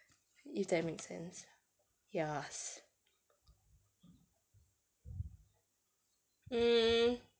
if that makes sense yes mm